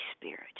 spirit